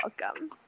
welcome